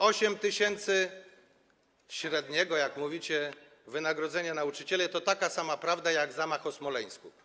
8 tys. średniego, jak mówicie, wynagrodzenia nauczycieli to taka sama prawda jak zamach w Smoleńsku.